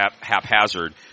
haphazard